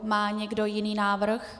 Má někdo jiný návrh?